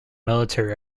military